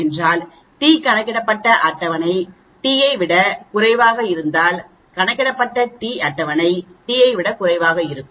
என்றால் t கணக்கிடப்பட்ட அட்டவணை t ஐ விட குறைவாக இருந்தால் கணக்கிடப்பட்ட t அட்டவணை T ஐ விட குறைவாக இருக்கும்